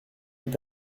est